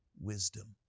wisdom